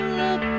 look